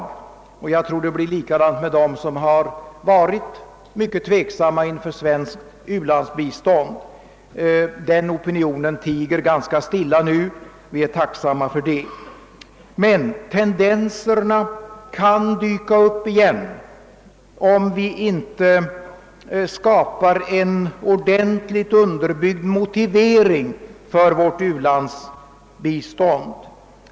Jag tror det blir likadant med dem som har varit mycket tveksamma inför svenskt u-landsbistånd. Den opinionen tiger ganska stilla nu och vi är tacksamma för det. Men tendenserna kan dyka upp igen, om vi inte skapar en ordentligt utbyggd motivering för vårt u-landsbistånd.